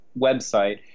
website